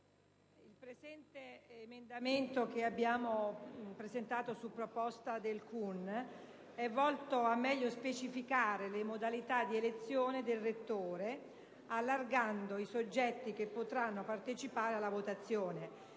il presente emendamento che abbiamo presentato su proposta del CUN è volto a meglio specificare le modalità di elezione del rettore, allargando la platea dei soggetti che potranno partecipare alla votazione.